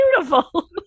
beautiful